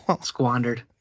Squandered